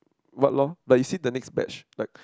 what loh but you see the next batch like